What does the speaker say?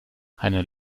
heiner